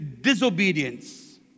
disobedience